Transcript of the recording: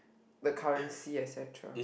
the currency etcetera